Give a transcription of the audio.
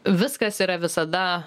viskas yra visada